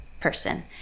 person